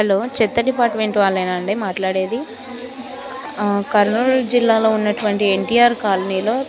hello చెత్త department వాళ్ళేనాండి మాట్లాడేది కర్నూలు జిల్లాలో ఉన్నటువంటి కాలనీలో